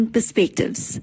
Perspectives